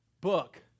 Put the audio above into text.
book